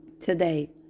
today